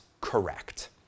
correct